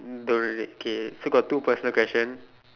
the wait wait K still got two personal question